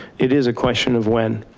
it is a question of when,